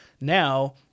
Now